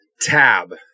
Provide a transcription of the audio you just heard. Tab